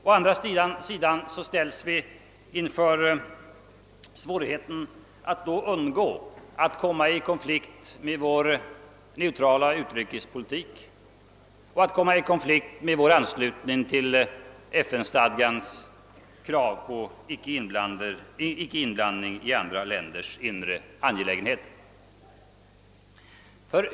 Å andra sidan ställs vi inför svårigheten att då undgå att komma i konflikt med vår neutralitetspolitik och med vår anslutning till FN-stadgans princip om ickeinblandning i andra länders inre angelägenheter.